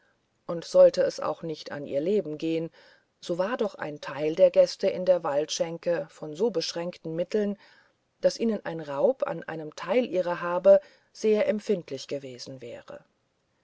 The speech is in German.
und sollte es auch nicht an ihr leben gehen so war doch ein teil der gäste in der waldschenke von so beschränkten mitteln daß ihnen ein raub an einem teil ihrer habe sehr empfindlich gewesen wäre